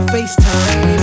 FaceTime